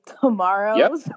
tomorrow